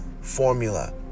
formula